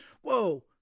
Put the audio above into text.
whoa